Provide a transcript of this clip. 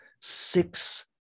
six